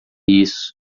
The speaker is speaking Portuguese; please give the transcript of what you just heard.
isso